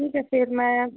ठीक है फिर मैं